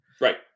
Right